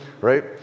right